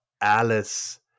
Alice